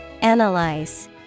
Analyze